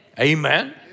Amen